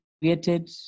created